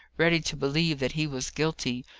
ready to believe that he was guilty,